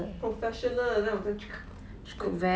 professional 的那种那样